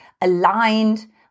aligned